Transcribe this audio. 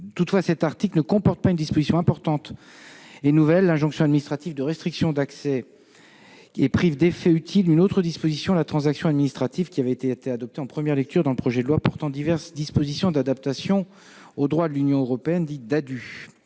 Toutefois, cet article ne comporte pas une disposition importante et nouvelle- l'injonction administrative de restriction d'accès -et prive d'effet utile une autre disposition- la transaction administrative -, alors que ces dispositions avaient été adoptées en première lecture dans le projet de loi portant diverses dispositions d'adaptation au droit de l'Union européenne dit DDADUE.